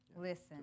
listen